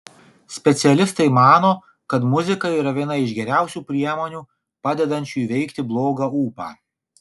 specialistai mano kad muzika yra viena iš geriausių priemonių padedančių įveikti blogą ūpą